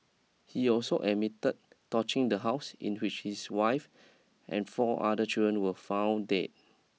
he also admitted torching the house in which his wife and four other children were found dead